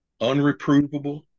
unreprovable